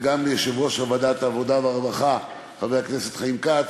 וגם ליושב-ראש ועדת העבודה והרווחה חבר הכנסת חיים כץ,